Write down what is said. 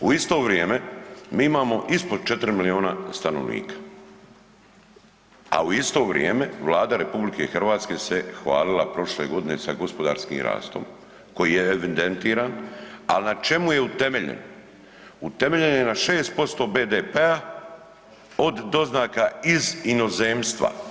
U isto vrijeme mi imamo ispod 4 miliona stanovnika, a u isto vrijeme Vlada RH se hvalila sa gospodarskim rastom koji je evidentiran al na čemu je utemeljen, utemeljen je na 6% BDP od doznaka iz inozemstva.